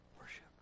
worship